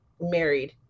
married